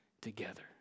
together